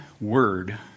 word